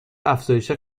افزایش